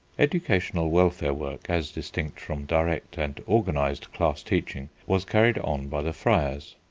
educational welfare work, as distinct from direct and organised class-teaching, was carried on by the friars,